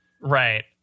Right